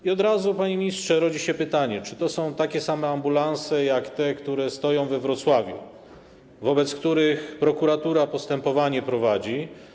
I od razu, panie ministrze, rodzi się pytanie, czy to są takie same ambulanse jak te, które stoją we Wrocławiu, wobec których prokuratura prowadzi postępowanie.